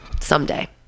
someday